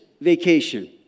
vacation